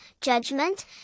judgment